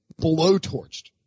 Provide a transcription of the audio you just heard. blowtorched